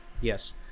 Yes